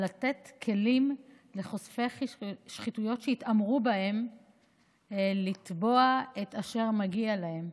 על לתת כלים לחושפי שחיתויות שהתעמרו בהם לתבוע את אשר מגיע להם.